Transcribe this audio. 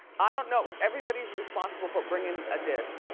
i don't know, everybody's responsible for bringin' a dish.